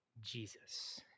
Jesus